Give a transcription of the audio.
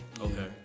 Okay